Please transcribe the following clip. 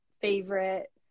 favorite